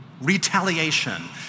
retaliation